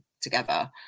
together